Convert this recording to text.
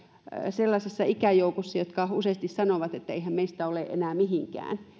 sellaisessa ikäjoukossa ja he useasti sanovat että eihän meistä ole enää mihinkään